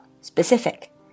specific